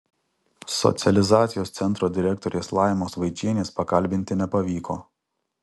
socializacijos centro direktorės laimos vaičienės pakalbinti nepavyko